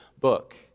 book